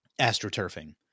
astroturfing